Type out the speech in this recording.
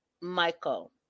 Michael